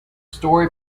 story